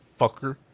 fucker